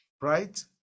right